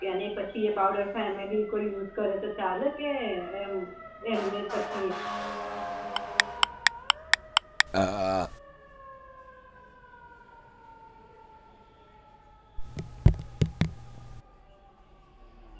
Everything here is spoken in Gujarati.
અને એ પછી એ પાઉડર ફેમિલી કોઈ યુઝ કરે તો ચાલે કે એમ એમને પછી